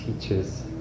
teachers